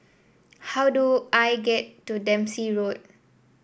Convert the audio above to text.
how do I get to Dempsey Road